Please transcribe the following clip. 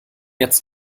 jetzt